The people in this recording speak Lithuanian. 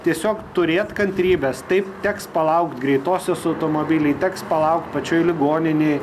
tiesiog turėt kantrybės taip teks palaukt greitosios automobily teks palaukt pačioj ligoninėj